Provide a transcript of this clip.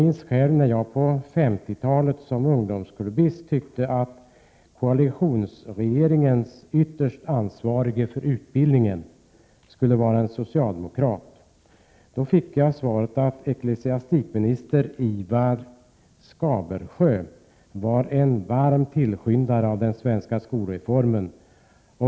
När jag på 50-talet var ungdomsklubbist och tyckte att koalitionsregeringens ytterst ansvarige för utbildningen skulle vara socialdemokrat, fick jag beskedet att ecklesiastikminister Ivar Skabersjö var en varm tillskyndare av den svenska skolreformen.